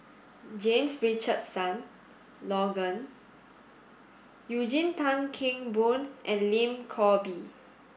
James Richardson Logan Eugene Tan Kheng Boon and Lim Chor Pee